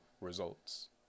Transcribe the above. results